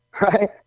Right